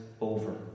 over